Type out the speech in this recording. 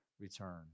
return